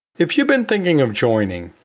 if you've been thinking of joining,